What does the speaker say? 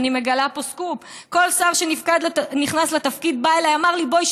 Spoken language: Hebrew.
אני מגלה פה סקופ: כל שר שנכנס לתפקיד בא אליי ואמר לי: בואי,